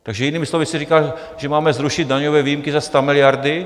Takže jinými slovy se říká, že máme zrušit daňové výjimky za stamiliardy.